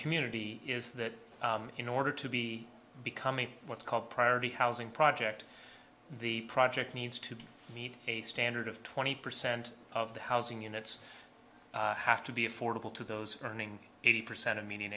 community is that in order to be become a what's called priority housing project the project needs to be need a standard of twenty percent of the housing units have to be affordable to those earning eighty percent of median